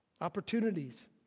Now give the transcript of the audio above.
opportunities